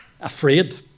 afraid